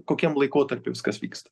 kokiam laikotarpy viskas vyksta